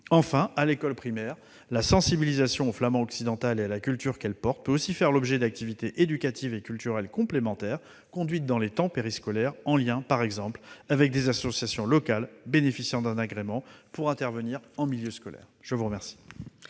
Enfin, à l'école primaire, la sensibilisation au flamand occidental et à la culture qu'il porte peut aussi faire l'objet d'activités éducatives et culturelles complémentaires, conduites dans les temps périscolaires, en lien, par exemple, avec des associations locales bénéficiant d'un agrément pour intervenir en milieu scolaire. La parole